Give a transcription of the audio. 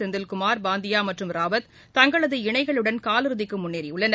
செந்தில்குமார் பாந்தியா மற்றும் ராவத் தங்களது இணைகளுடன் காலிறதிக்கு முன்னேறியுள்ளனர்